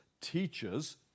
teachers